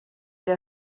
der